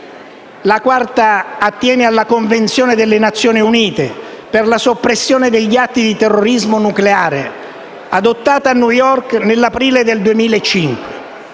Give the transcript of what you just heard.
La quarta attiene alla Convenzione delle Nazioni Unite per la soppressione degli atti di terrorismo nucleare, adottata a New York nell'aprile del 2005.